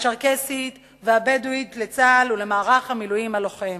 הצ'רקסית והבדואית לצה"ל ולמערך המילואים הלוחם.